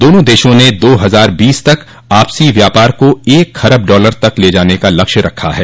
दोनों देशों ने दो हजार बीस तक आपसी व्यापार को एक खरब डालर तक ले जान का लक्ष्य रखा है